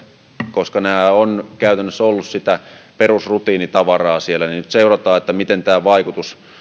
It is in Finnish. koska nämä ovat käytännössä olleet sitä perusrutiinitavaraa siellä nyt seurataan miten tämän vaikutus